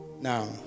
now